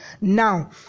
Now